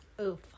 Oof